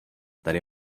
tady